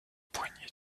poignée